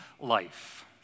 life